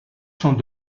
sont